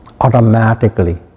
automatically